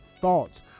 thoughts